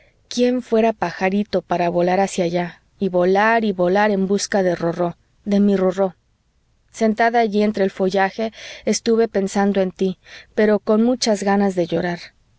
quién fuera pajarito para volar hacia allá y volar y volar en busca de rorró de mi rorró sentada allí entre el follaje estuve pensando en tí pero con muchas ganas de llorar